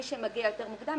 מי שמגיע יותר מוקדם,